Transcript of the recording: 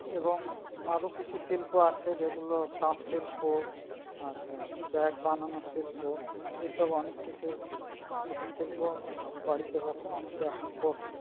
এবং আরও কিছু শিল্প আছে যেগুলো তাঁত শিল্প আচ্ছা ব্যাগ বানানো শিল্প এসব অনেক কিছু কুটিরশিল্প বাড়িতে বসে অনেকে এখন করছে